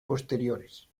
posteriores